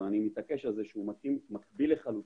ואני מתעקש על זה שהוא מקביל לחלוטין